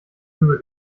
rübe